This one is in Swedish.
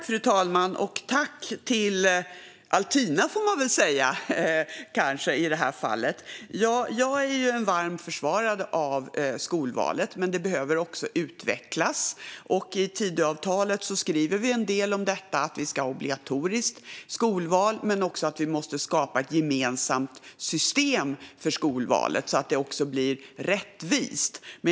Fru talman! Tack till Altina, får man kanske säga i det här fallet! Jag är ju en varm försvarare av skolvalet, men det behöver också utvecklas. I Tidöavtalet skriver vi en del om detta: att vi ska ha ett obligatoriskt skolval men också att vi måste skapa ett gemensamt system för skolvalet så att det blir rättvist.